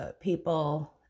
people